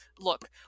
look